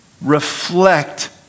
reflect